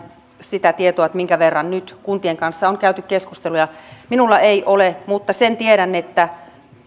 sitä tietoa minkä verran nyt kuntien kanssa on käyty keskusteluja minulla ei ole mutta sen tiedän että